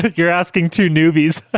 you're asking two newbies. ah